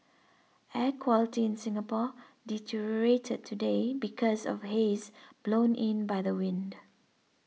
air quality in Singapore deteriorated today because of haze blown in by the wind